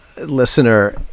Listener